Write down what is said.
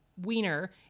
wiener